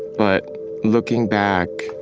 but looking back,